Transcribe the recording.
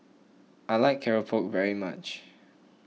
I like Keropok very much